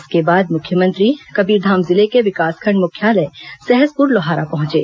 इसके बाद मुख्यमंत्री कबीरधाम जिले के विकासखंड मुख्यालय सहसपुर लोहारा पहुंचे